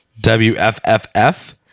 WFFF